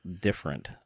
different